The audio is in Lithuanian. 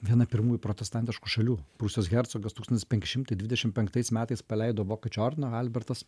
viena pirmųjų protestantiškų šalių prūsijos hercogas tūkstantis penki šimtai dvidešim penktais metais paleido vokiečių ordiną albertas